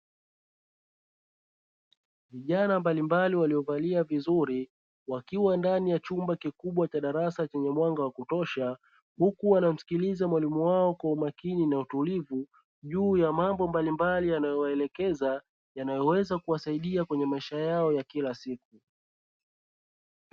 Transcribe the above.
Vijana mbalimbali waliovalia vizuri wakiwa ndani ya chumba kikubwa cha darasa chenye mwanga wa kutosha huku wanamsikiliza mwalimu wao kwa umakini na utulivu juu ya mambo mbalimbali yanayowaelekeza yanayoweza kuwasaidia kwenye maisha yao ya kila siku.